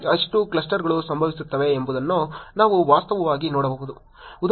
ಎಷ್ಟು ಕ್ಲಸ್ಟರ್ಗಳು ಸಂಭವಿಸುತ್ತವೆ ಎಂಬುದನ್ನು ನಾವು ವಾಸ್ತವವಾಗಿ ನೋಡಬಹುದು